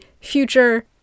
future